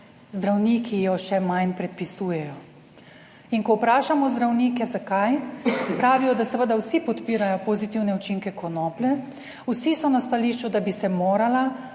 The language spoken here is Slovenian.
jo še manj predpisujejo. In ko vprašamo zdravnike, zakaj, pravijo, da seveda vsi podpirajo pozitivne učinke konoplje, vsi so na stališču, da bi se morala